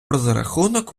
розрахунок